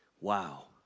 Wow